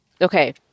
Okay